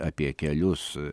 apie kelius